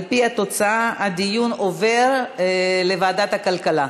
על-פי התוצאה, הדיון עובר לוועדת הכלכלה.